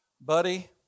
buddy